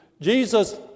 Jesus